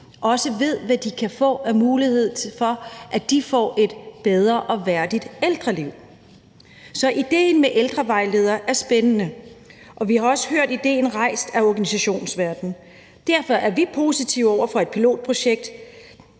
ved, hvad de har af muligheder, for at de kan få et bedre og mere værdigt ældreliv, så idéen med ældrevejledere er spændende. Vi har også hørt idéen rejst af organisationsverdenen, og derfor er vi positive over for et pilotprojekt,